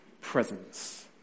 presence